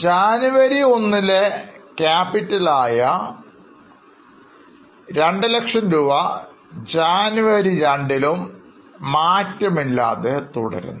ജനുവരി 1 ലെ capital ആയ 200000 രൂപ ജനുവരി 2 ലും മാറ്റമില്ലാതെ തുടരുന്നു